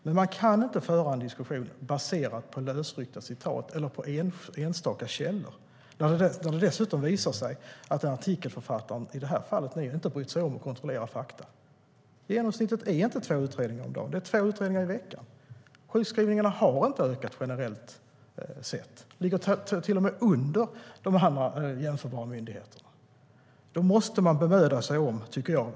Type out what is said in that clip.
Men man kan inte föra en diskussion baserad på lösryckta citat eller på enstaka källor. Dessutom visar det sig att artikelförfattaren i det här fallet inte har brytt sig om att kontrollera fakta. Genomsnittet är inte två utredningar om dagen. Det är två utredningar i veckan. Sjukskrivningarna har inte ökat generellt sett. De ligger till och med under de andra jämförbara myndigheterna.